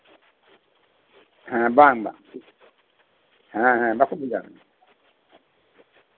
ᱦᱮᱸ ᱵᱟᱝ ᱵᱟᱝ ᱦᱮᱸ ᱦᱮᱸ ᱵᱟᱠᱚ ᱵᱷᱮᱡᱟ ᱟᱠᱟᱫᱟ